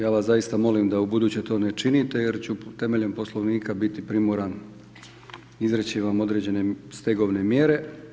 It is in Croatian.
Ja vas zaista molim da u buduće to ne činite, jer ću temeljem Poslovnika biti primoran izreći vam određene stegovne mjere.